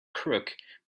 crook